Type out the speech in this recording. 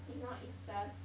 if not it's just